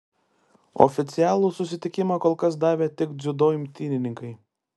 oficialų sutikimą kol kas davė tik dziudo imtynininkai